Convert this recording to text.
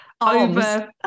over